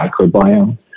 microbiome